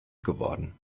geworden